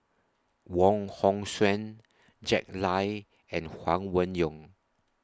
Wong Hong Suen Jack Lai and Huang Wen Yong